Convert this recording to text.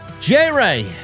J-Ray